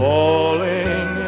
Falling